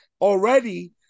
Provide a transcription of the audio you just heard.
already